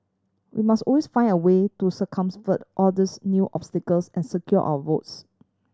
we must owns find a way to all these new obstacles and secure our votes